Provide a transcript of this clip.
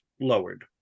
lowered